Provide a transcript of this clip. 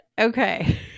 Okay